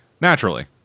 Naturally